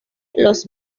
los